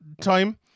time